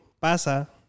pasa